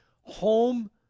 Home